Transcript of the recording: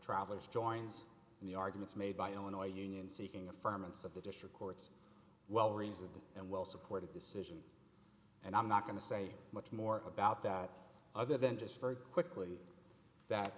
travelers joins in the arguments made by illinois union seeking a firm and of the district court's well reasoned and well supported decision and i'm not going to say much more about that other than just very quickly that